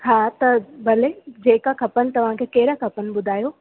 हा त भले जेका खपनि तव्हांखे कहिड़ा खपनि ॿुधायो